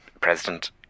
President